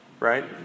Right